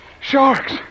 Sharks